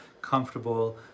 comfortable